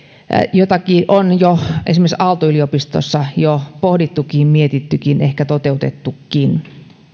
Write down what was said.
jotakin on esimerkiksi aalto yliopistossa jo pohdittukin mietittykin ehkä toteutettukin